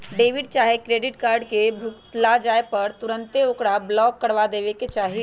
debit चाहे credit card के भुतला जाय पर तुन्ते ओकरा ब्लॉक करबा देबेके चाहि